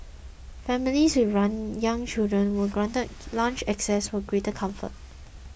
families with young children were granted lounge access for greater comfort